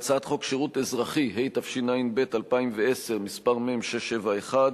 בהצעת חוק שירות אזרחי, התשע"ב 2012, מ/671,